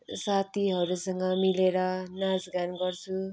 साथीहरूसँग मिलेर नाच गान गर्छु